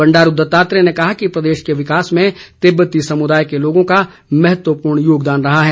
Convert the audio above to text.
बंडारू दत्तात्रेय ने कहा कि प्रदेश के विकास में तिब्बती समुदाय के लोगों का महत्वपूर्ण योगदान रहा है